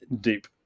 deep